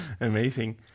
Amazing